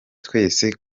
twese